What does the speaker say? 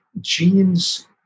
genes